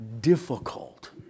difficult